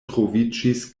troviĝis